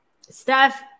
Steph